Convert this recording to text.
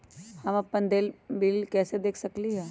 हम अपन देल बिल कैसे देख सकली ह?